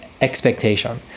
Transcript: expectation